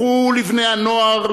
לכו לבני-הנוער,